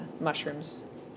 mushrooms